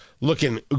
looking